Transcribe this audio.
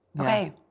Okay